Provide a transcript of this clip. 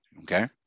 Okay